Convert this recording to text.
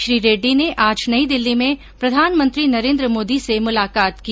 श्री रेड़डी ने आज नई दिल्ली में प्रधानमंत्री नरेन्द्र मोदी से मुलाकात की